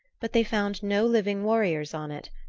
but they found no living warriors on it,